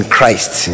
Christ